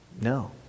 No